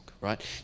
right